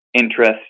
interest